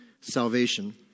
salvation